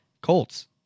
Colts